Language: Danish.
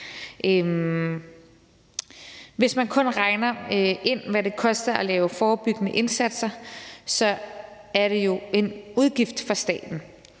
Hvis man kun regner ind, hvad det koster at lave forebyggende indsatser, så er det jo en udgift for staten.